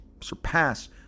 surpass